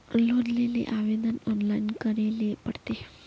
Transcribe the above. Loan लेले आवेदन online करे ले पड़ते?